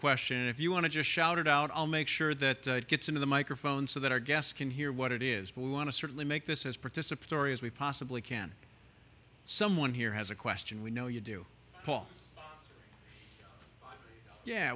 question and if you want to just shout it out i'll make sure that it gets into the microphone so that our guests can hear what it is but we want to certainly make this as participatory as we possibly can someone here has a question we know you do